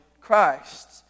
Christ